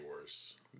worse